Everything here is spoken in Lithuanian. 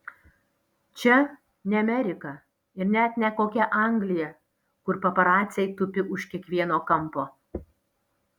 čia ne amerika ir net ne kokia anglija kur paparaciai tupi už kiekvieno kampo